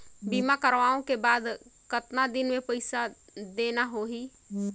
बीमा करवाओ के बाद कतना दिन मे पइसा देना हो ही?